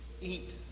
eat